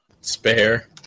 Spare